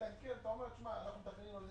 אלא אם כן אתה אומר שאתם מדברים על זה